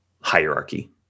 hierarchy